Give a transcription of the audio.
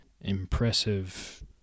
impressive